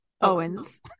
Owens